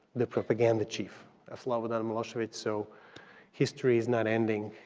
the propaganda chief of slobodan milosevic, so history is not ending.